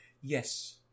Yes